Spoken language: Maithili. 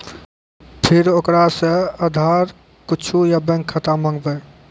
फिर ओकरा से आधार कद्दू या बैंक खाता माँगबै?